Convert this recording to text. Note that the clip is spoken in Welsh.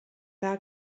dda